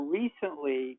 recently